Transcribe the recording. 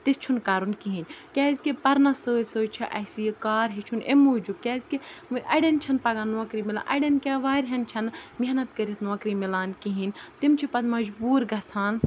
تہِ چھُنہٕ کَرُن کِہیٖنۍ کیٛازِکہِ پرنَس سۭتۍ سۭتۍ چھُ اَسہِ یہِ کار ہیٚچھُن اَمہِ موٗجوٗب کیٛازِکہِ اَڑٮ۪ن چھَنہٕ پَگاہ نوکری مِلان اَڑٮ۪ن کیٛاہ وارِہَن چھَنہٕ محنت کٔرِتھ نوکری مِلان کِہیٖنۍ تِم چھِ پَتہٕ مجبوٗر گژھان